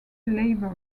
labor